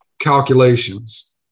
calculations